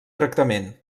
tractament